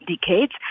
decades